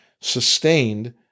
sustained